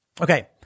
Okay